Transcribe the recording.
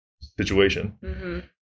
situation